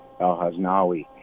al-Haznawi